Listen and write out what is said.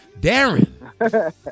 Darren